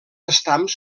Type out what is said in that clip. estams